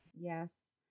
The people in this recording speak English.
Yes